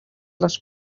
les